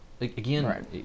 Again